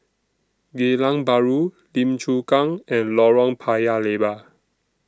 Geylang Bahru Lim Chu Kang and Lorong Paya Lebar